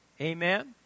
Amen